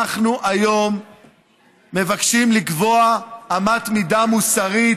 אנחנו היום מבקשים לקבוע אמת מידה מוסרית,